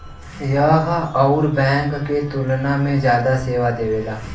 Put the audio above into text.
यह अउर बैंक के तुलना में जादा सेवा देवेला